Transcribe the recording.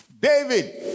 david